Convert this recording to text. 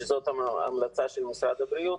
שזאת המלצת משרד הבריאות,